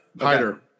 Hider